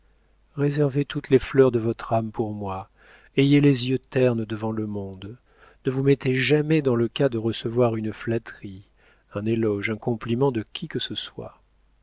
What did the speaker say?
réservez toutes les fleurs de votre âme pour moi ayez les yeux ternes devant le monde ne vous mettez jamais dans le cas de recevoir une flatterie un éloge un compliment de qui que ce soit